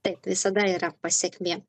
taip visada yra pasekmė